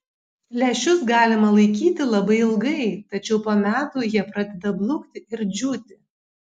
lęšius galima laikyti labai ilgai tačiau po metų jie pradeda blukti ir džiūti